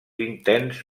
intens